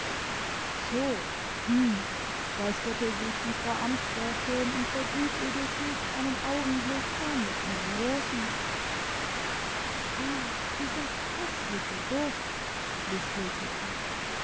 so hm räusperte sich die frau amtsrätin und vergrub ihr gesicht einen augenblick förmlich in den rosen ach dieser köstliche duft lispelte sie